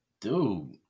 Dude